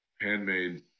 handmade